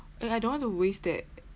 and I don't want to waste that